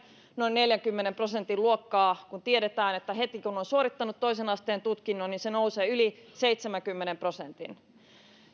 noin neljänkymmenen prosentin luokkaa kun tiedetään että heti kun on on suorittanut toisen asteen tutkinnon se nousee yli seitsemänkymmenen prosentin